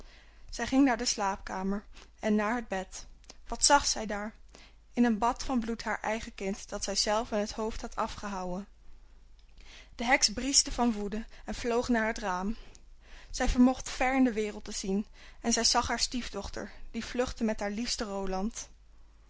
zij ging naar de slaapkamer en naar het bed wat zag zij daar in een bad van bloed haar eigen kind dat zij zelve het hoofd had afgehouwen de heks brieschte van woede en vloog naar het raam zij vermocht ver in de wereld te zien en zij zag haar stiefdochter die vluchtte met haar liefste roland